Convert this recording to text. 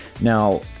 Now